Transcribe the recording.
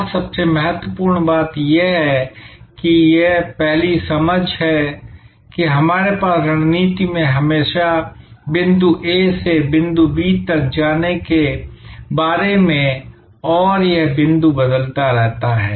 और सबसे महत्वपूर्ण बात यह है कि यह पहली समझ है कि हमारे पास रणनीति में हमेशा बिंदु ए से बिंदु बी तक जाने के बारे में है और यह बिंदु बदलता रहता है